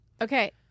Okay